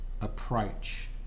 approach